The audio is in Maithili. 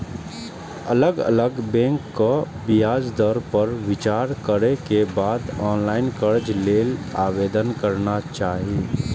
अलग अलग बैंकक ब्याज दर पर विचार करै के बाद ऑनलाइन कर्ज लेल आवेदन करना चाही